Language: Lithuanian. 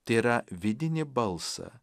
tai yra vidinį balsą